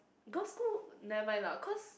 girls school never mind lah cause